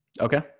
Okay